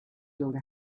longer